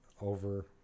over